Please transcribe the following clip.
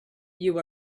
you